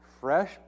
fresh